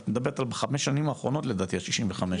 בחמש שנים האחרונות לדעתי ה-65.